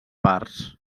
parts